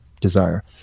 desire